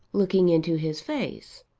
looking into his face.